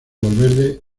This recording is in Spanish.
valverde